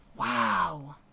Wow